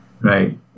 right